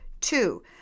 Two